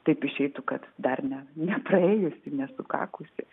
taip išeitų kad dar ne nepraėjusi nesukakusi